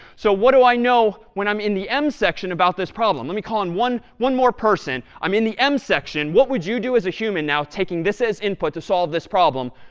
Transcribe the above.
so what do i know when i'm in the m section about this problem? let me call on one one more person. i'm in the m section. what would you do as a human now, taking this as input to solve this problem?